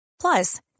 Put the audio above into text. plus